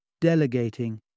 delegating